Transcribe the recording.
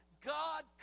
god